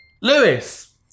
Lewis